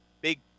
big